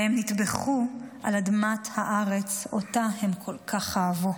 והם נטבחו על אדמת הארץ שאותה הם כל כך אהבו.